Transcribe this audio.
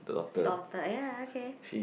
daughter ya okay